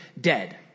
dead